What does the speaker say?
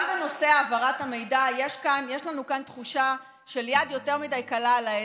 גם בנושא העברת המידע יש לנו כאן תחושה של יד יותר מדי קלה על ההדק,